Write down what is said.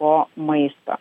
po maisto